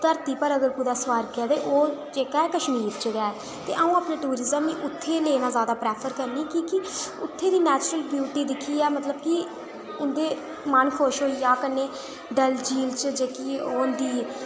धरती पर अगर कुतै स्वर्ग है ते ओह् जेह्का ऐ कश्मीर च गै है ते अ'ऊं अपने टूरिस्ट गी उत्थै गै लेना ज्यादा प्रैफर करनी कि'यां कि उत्थे दी नेचरुल वियूटी दिक्खी ऐ मतलब के उं'दे मन खुश होई जा कन्नै डल झील च जेह्की ओह् होंदी